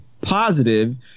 positive